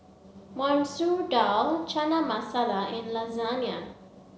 Masoor Dal Chana Masala and Lasagne